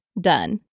done